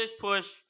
push